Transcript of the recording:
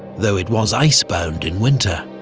though it was icebound in winter.